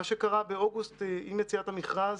מה שקרה באוגוסט, עם יציאת המכרז,